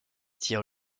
tire